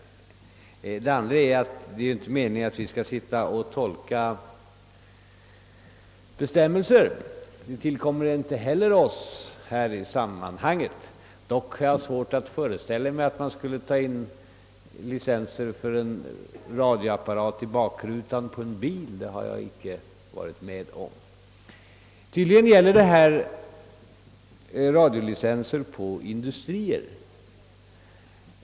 För det andra är det inte meningen att vi skall göra tolkningar av bestämmelser. Detta tillkommer oss inte heller i detta sammanhang. Dock har jag svårt att föreställa mig att man skulle ta ut särskilda licenser för extra högtalare i bakrutan på en bil. Tydligen gäller det i detta fall radiolicenser för industrier.